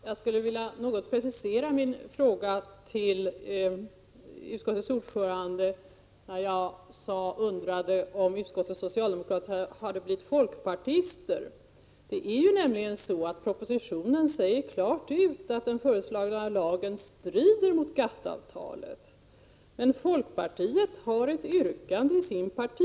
Herr talman! Jag skulle vilja precisera min fråga till utskottets ordförande. Jag undrade om utskottets socialdemokrater hade blivit folkpartister. I propositionen sägs klart ut att den föreslagna lagen strider mot GATT-avtalet. Men folkpartiet yrkar i sin partimotion ”att riksdagen som = Prot.